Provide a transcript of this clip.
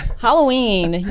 Halloween